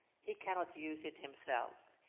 he cannot use it himself.